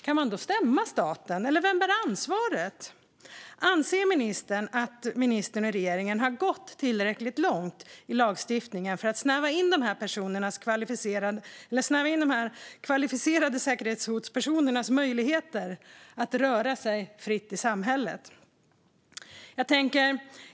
Kan man då stämma staten? Vem bär ansvaret? Anser ministern att ministern och regeringen har gått tillräckligt långt i lagstiftningen för att snäva in möjligheterna för dessa personer, som utgör ett kvalificerat säkerhetshot, att röra sig fritt i samhället?